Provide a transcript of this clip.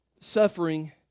Suffering